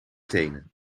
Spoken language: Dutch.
tenen